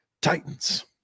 Titans